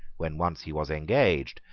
when once he was engaged,